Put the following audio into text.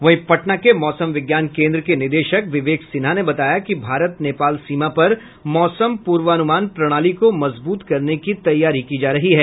वहीं पटना के मौसम विज्ञान केन्द्र के निदेशक विवेक सिन्हा ने बताया कि भारत नेपाल सीमा पर मौसम पूर्वानुमान प्रणाली को मजबूत करने की तैयारी की जा रही है